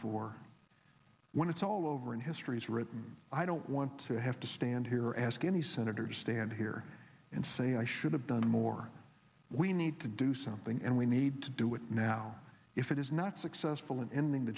for when it's all over in history is written i don't want to have to stand here ask any senators stand here and say i should have done more we need to do something and we need to do it now if it is not successful in ending the